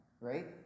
Right